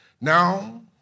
Now